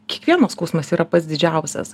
kiekvieno skausmas yra pats didžiausias